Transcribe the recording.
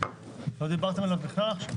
לא דיברתם עליו בכלל עכשיו.